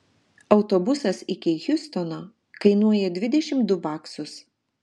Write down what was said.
autobusas iki hjustono kainuoja dvidešimt du baksus